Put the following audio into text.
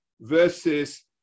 versus